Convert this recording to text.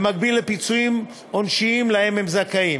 במקביל לפיצויים עונשיים שלהם הם זכאים.